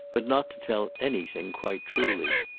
but not to tell anything quite truly.